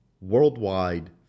Worldwide